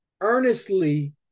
Earnestly